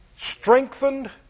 Strengthened